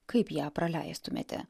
kaip ją praleistumėte